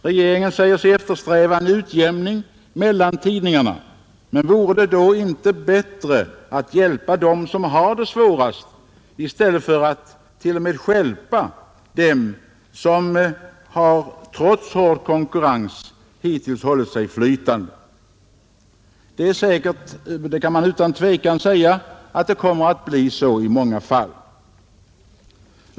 Regeringen säger sig eftersträva en utjämning mellan tidningarna, Men vore det då inte bättre att hjälpa dem som har det svårast än att t.o.m. stjälpa dem som trots hård konkurrens hittills hållit sig flytande? Man kan utan tvivel säga att det kommer att bli så i många fall.